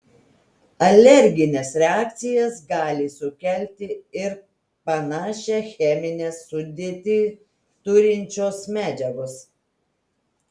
alergines reakcijas gali sukelti ir panašią cheminę sudėtį turinčios medžiagos